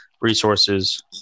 resources